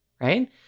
right